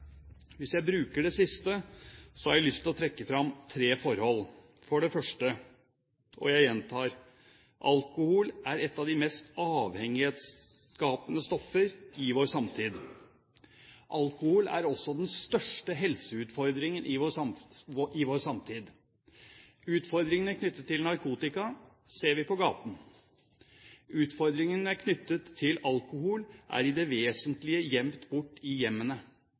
Hvis jeg bruker det siste, har jeg lyst til å trekke fram tre forhold. Først vil jeg gjenta: Alkohol er et av de mest avhengighetsskapende stoffer i vår samtid. Alkohol er også den største helseutfordringen i vår samtid. Utfordringene knyttet til narkotika ser vi på gaten. Utfordringene knyttet til alkohol er i det vesentlige gjemt bort i hjemmene.